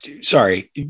Sorry